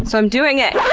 so i'm doing it!